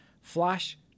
Flash